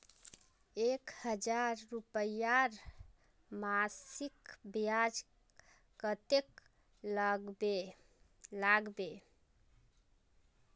एक हजार रूपयार मासिक ब्याज कतेक लागबे?